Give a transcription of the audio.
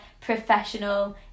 professional